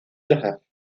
joseph